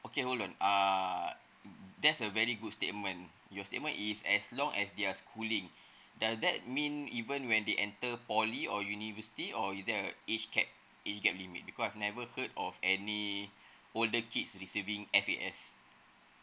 okay hold on uh that's a very good statement your statement is as long as they're schooling does that mean even when they enter poly or university or is there a age cap age get limit because I've never heard of any older kids receiving F_A_S